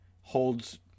holds